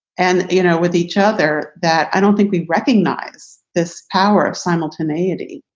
and, you know, with each other that i don't think we recognize this power of simultaneity.